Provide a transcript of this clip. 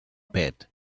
pet